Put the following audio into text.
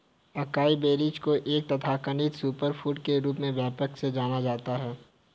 acai berries को एक तथाकथित सुपरफूड के रूप में व्यापक रूप से जाना जाता है